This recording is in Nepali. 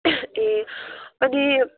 ए अनि